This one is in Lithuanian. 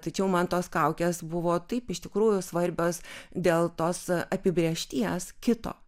tačiau man tos kaukės buvo taip iš tikrųjų svarbios dėl tos apibrėžties kito